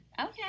Okay